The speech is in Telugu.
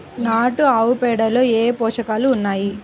నాటు ఆవుపేడలో ఏ ఏ పోషకాలు ఉన్నాయి?